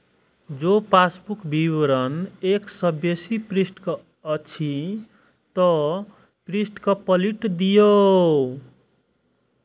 जौं पासबुक विवरण एक सं बेसी पृष्ठक अछि, ते पृष्ठ कें पलटि दियौ